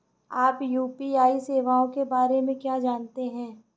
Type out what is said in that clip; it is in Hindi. आप यू.पी.आई सेवाओं के बारे में क्या जानते हैं?